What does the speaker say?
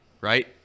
Right